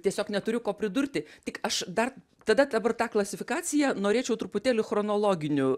tiesiog neturiu ko pridurti tik aš dar tada dabar tą klasifikaciją norėčiau truputėlį chronologiniu